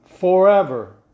forever